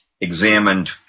examined